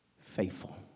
faithful